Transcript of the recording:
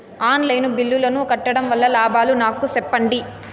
On line బిల్లుల ను కట్టడం వల్ల లాభాలు నాకు సెప్పండి?